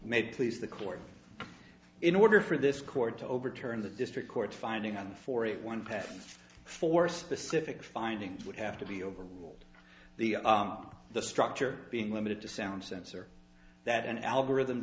make please the court in order for this court to overturn the district court finding on the for it one patent for specific findings would have to be overruled the the structure being limited to sound sensor that an algorithm